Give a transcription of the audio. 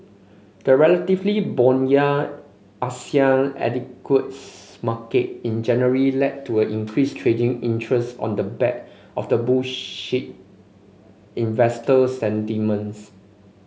the relatively buoyant Asian equities market in January led to a increased trading interest on the back of the bullish investor sentiments